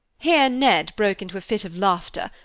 here ned broke into a fit of laughter,